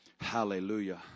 Hallelujah